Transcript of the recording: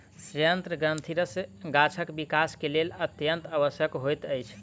सयंत्र ग्रंथिरस गाछक विकास के लेल अत्यंत आवश्यक होइत अछि